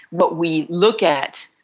what we look at